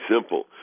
simple